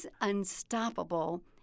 Unstoppable